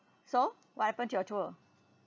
so what happened to your tour